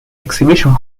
exhibition